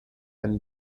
einen